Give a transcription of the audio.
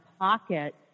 pocket